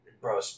Bro